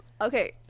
Okay